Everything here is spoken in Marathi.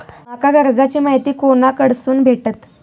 माका कर्जाची माहिती कोणाकडसून भेटात?